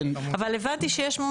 אבל הבנתי שיש דיון,